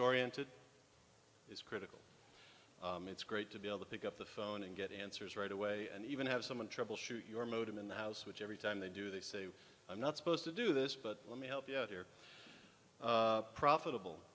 oriented is critical it's great to be able to pick up the phone and get answers right away and even have someone troubleshoot your modem in the house which every time they do they say i'm not supposed to do this but let me help you know they're profitable